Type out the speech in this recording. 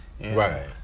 Right